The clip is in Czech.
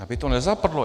Aby to nezapadlo.